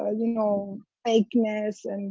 ah you know fakeness. and